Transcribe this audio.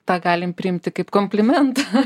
tą galim priimti kaip komplimentą